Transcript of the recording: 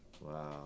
Wow